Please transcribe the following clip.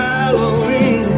Halloween